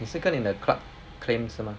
你是跟你的 club claim 是吗